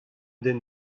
den